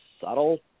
subtle